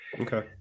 okay